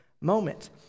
moment